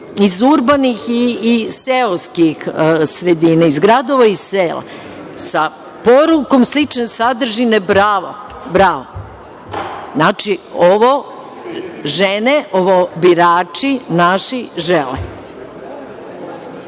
iz urbanih i seoskih sredina, iz gradova i sela sa porukom slične sadržine – Bravo, bravo! Znači, ovo žene, ovo birači naši žele.